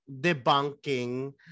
debunking